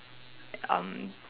um